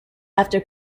after